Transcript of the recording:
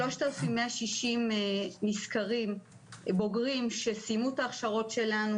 3,160 נסקרים בוגרים שסיימו את ההכשרות שלנו